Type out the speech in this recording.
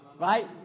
Right